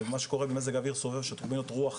ומה שקורה במזג האוויר סוער שתוכניות רוח,